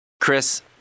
Chris